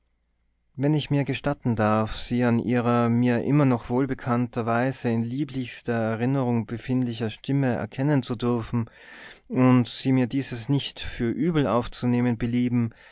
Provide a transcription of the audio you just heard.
wenn ich mir gestatten darf sie an ihrer mir immer noch wohlbekannter weise in lieblichster erinnerung befindlichen stimme erkennen zu dürfen und sie mir dieses nicht für übel aufzunehmen belieben